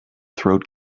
throat